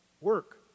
work